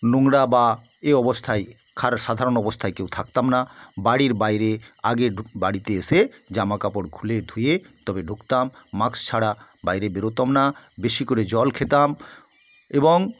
নোংরা বা এই অবস্থায় খারাপ সাধারণ অবস্থায় কেউ থাকতাম না বাড়ির বাইরে আগে ঢুক বাড়িতে এসে জামা কাপড় খুলে ধুয়ে তবে ঢুকতাম মাক্স ছাড়া বাইরে বেরোতাম না বেশি করে জল খেতাম এবং